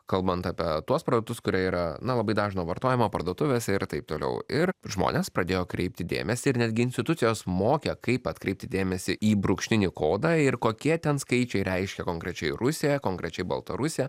kalbant apie tuos produktus kurie yra na labai dažno vartojimo parduotuvėse ir taip toliau ir žmonės pradėjo kreipti dėmesį ir netgi institucijos mokė kaip atkreipti dėmesį į brūkšninį kodą ir kokie ten skaičiai reiškia konkrečiai rusiją konkrečiai baltarusiją